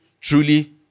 Truly